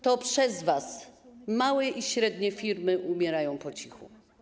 To przez was małe i średnie firmy umierają po cichu.